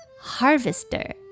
Harvester